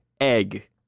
Egg